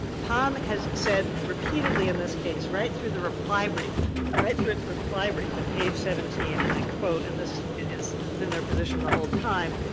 pom has said repeatedly in this case, right through the reply brief right through its reply brief at page seventeen, and i quote, and this has been their position the whole time,